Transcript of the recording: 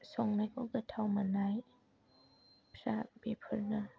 संनायखौ गोथाव मोननायफोरा बेफोरनो